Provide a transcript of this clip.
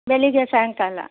ಬೆಳಗ್ಗೆ ಸಾಯಂಕಾಲ